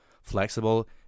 Flexible